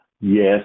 Yes